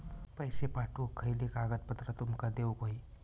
पैशे पाठवुक खयली कागदपत्रा तुमका देऊक व्हयी?